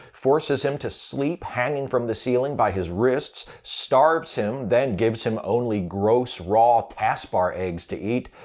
forces him to sleep hanging from the ceiling by his wrists, starves him then gives him only gross raw taspar eggs to eat,